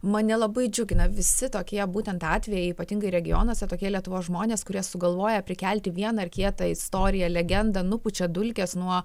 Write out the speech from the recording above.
mane labai džiugina visi tokie būtent atvejai ypatingai regionuose tokie lietuvos žmonės kurie sugalvoja prikelti vieną ar kietą istoriją legendą nupučia dulkes nuo